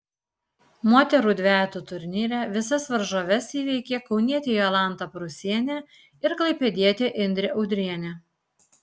moterų dvejetų turnyre visas varžoves įveikė kaunietė jolanta prūsienė ir klaipėdietė indrė udrienė